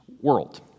World